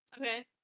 okay